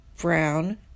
brown